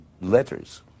letters